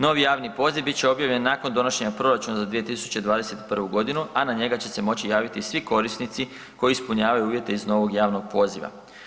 Novi javni poziv bit će objavljen nakon donošenja proračuna za 2021., a na njega će se moći javiti svi korisnici koji ispunjavaju uvjete iz novog javnog poziva.